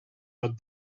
dat